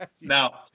Now